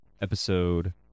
episode